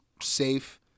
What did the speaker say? safe